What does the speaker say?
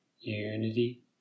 unity